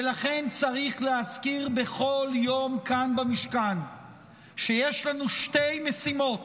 ולכן צריך להזכיר בכל יום כאן במשכן שיש לנו שתי משימות: